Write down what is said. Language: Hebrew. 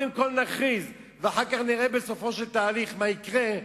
קודם כול נכריז ואחר כך נראה בסופו של התהליך מה יקרה,